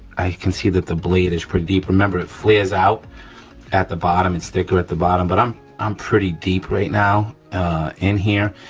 i can see that the blade is pretty deep. remember it flares out at the bottom, it's thicker at the bottom. but i'm um pretty deep right now in here,